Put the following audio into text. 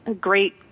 great